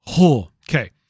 okay